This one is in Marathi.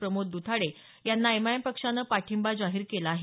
प्रमोद दथाडे यांना एमआयएम पक्षानं पाठींबा जाहीर केला आहे